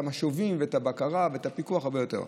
המשובים ואת הבקרה ואת הפיקוח הרבה יותר.